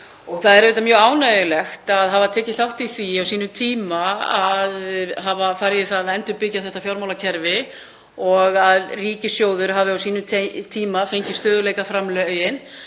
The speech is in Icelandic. Það er mjög ánægjulegt að hafa tekið þátt í því á sínum tíma að endurbyggja þetta fjármálakerfi og að ríkissjóður hafi á sínum tíma fengið stöðugleikaframlögin